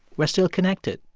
we're still connected.